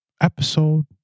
episode